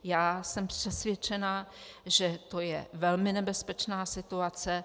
Já jsem přesvědčena, že to je velmi nebezpečná situace.